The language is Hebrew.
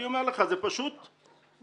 אני אומר לך: זה פשוט בושה.